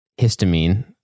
histamine